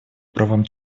правам